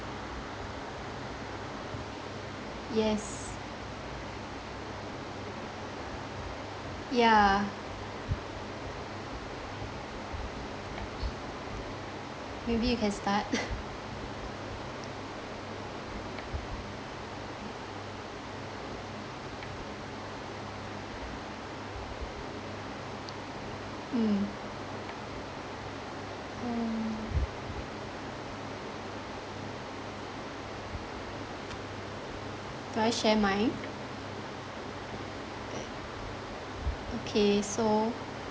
yes yeah maybe you can start mm mm do I share mine okay so